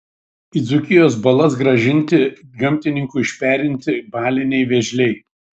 į dzūkijos balas grąžinti gamtininkų išperinti baliniai vėžliai